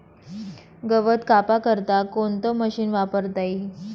गवत कापा करता कोणतं मशीन वापरता ई?